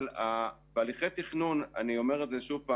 תהליכי תכנון, אני אומר שוב,